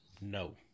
No